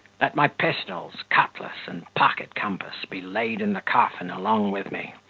let my pistols, cutlass, and pocket-compass be laid in the coffin along with me.